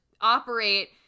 operate